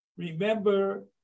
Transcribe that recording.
Remember